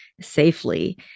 safely